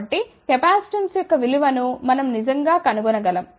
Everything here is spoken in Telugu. కాబట్టి కెపాసిటెన్స్ యొక్క విలువ ను మనం నిజంగా కనుగొనగలం